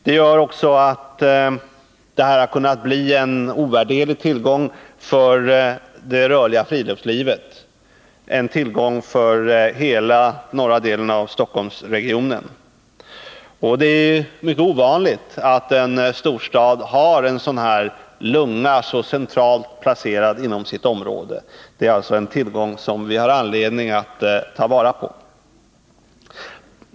Det gör också att området har kunnat bli en ovärderlig tillgång för det rörliga friluftslivet och för hela norra delen av Stockholmsregionen. Det är mycket ovanligt att en storstad har en sådan ”lunga” så centralt placerad inom sitt område. Hanstaområdet är alltså en tillgång som vi har anledning att ta vara på.